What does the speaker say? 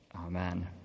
Amen